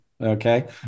Okay